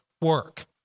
work